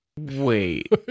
Wait